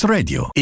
Radio